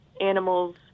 animals